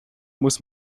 muss